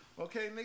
Okay